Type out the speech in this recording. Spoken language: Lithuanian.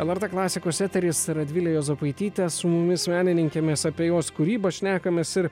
lrt klasikos eteris radvilė juozapaitytė su mumis menininkė mes apie jos kūrybą šnekamės ir